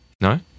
No